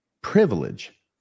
privilege